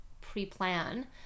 pre-plan